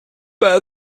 bear